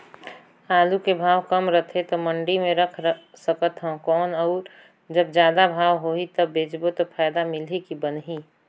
आलू के भाव कम रथे तो मंडी मे रख सकथव कौन अउ जब जादा भाव होही तब बेचबो तो फायदा मिलही की बनही?